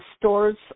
stores